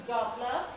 Doppler